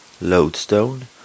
Lodestone